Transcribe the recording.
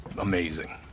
amazing